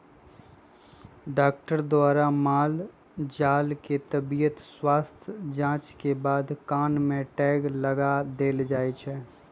doctor द्वारा माल जाल के तबियत स्वस्थ जांच के बाद कान में टैग लगा देल जाय छै